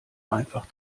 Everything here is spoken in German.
einfach